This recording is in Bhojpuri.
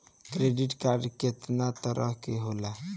क्रेडिट कार्ड कितना तरह के होला?